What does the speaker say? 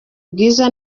bwiza